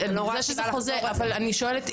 אבל אני שואלת,